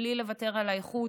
בלי לוותר על האיכות.